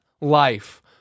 life